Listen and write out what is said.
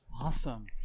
awesome